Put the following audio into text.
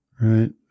right